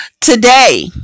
Today